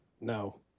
No